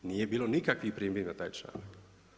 Nije bilo nikakvih primjedbi na taj članak.